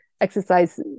exercise